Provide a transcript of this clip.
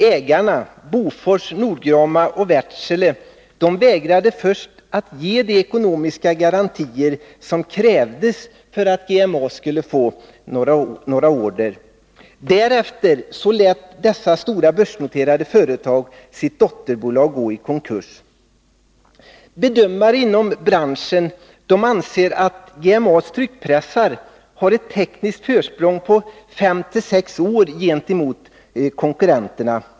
Ägarna — Bofors AB, Nord-Grama AB och Wärtsilä — vägrade först att ge de ekonomiska garantier som krävdes för att GMA skulle kunna få någon order. Därefter lät dessa stora börsnoterade företag sitt dotterbolag gå i konkurs. Bedömare inom branschen anser att GMA:s tryckpressar har ett tekniskt försprång på fem sex år gentemot konkurrenterna.